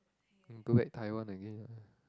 you go back Taiwan again